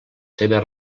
seves